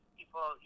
people